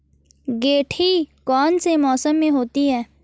गेंठी कौन से मौसम में होती है?